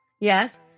Yes